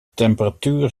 temperatuur